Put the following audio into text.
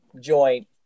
joint